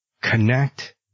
connect